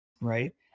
right